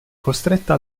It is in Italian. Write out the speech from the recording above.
costretta